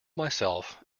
myself